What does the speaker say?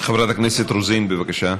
חברת הכנסת רוזין, בבקשה.